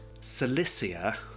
Cilicia